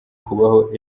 kubaho